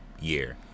year